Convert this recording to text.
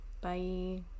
bye